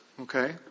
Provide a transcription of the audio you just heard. okay